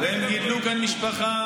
והם גידלו כאן משפחה,